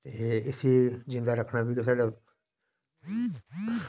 ते इसी जींदा रक्खना बी तां साढ़ा